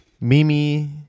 Mimi